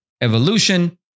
evolution